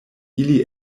ili